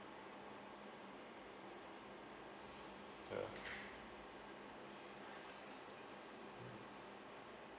ya